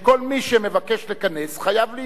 שכל מי שמבקש לכנס חייב להיות.